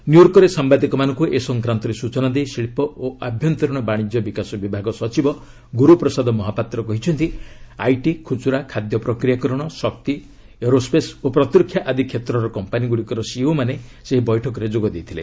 ନ୍ୟୁୟର୍କରେ ସାୟାଦିକମାନଙ୍କୁ ଏ ସଂକ୍ରାନ୍ତରେ ସ୍ବଚନା ଦେଇ ଶିଳ୍ପ ଓ ଆଭ୍ୟନ୍ତରୀଣ ବାଶିକ୍ୟ ବିକାଶ ବିଭାଗ ସଚିବ ଗୁରୁପ୍ରସାଦ ମହାପାତ୍ର କହିଛନ୍ତି ଆଇଟି ଖୁଚୁରା ଖାଦ୍ୟ ପ୍ରକ୍ରିୟାକରଣ ଶକ୍ତି ଏରୋସ୍େସ୍ ଓ ପ୍ରତିରକ୍ଷା ଆଦି କ୍ଷେତ୍ରର କମ୍ପାନୀଗୁଡ଼ିକର ସିଇଓମାନେ ସେହି ବୈଠକରେ ଯୋଗ ଦେଇଥିଲେ